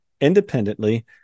independently